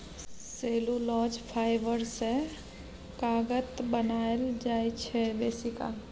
cellulose fibre सँ कागत बनाएल जाइ छै बेसीकाल